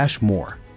more